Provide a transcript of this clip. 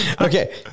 Okay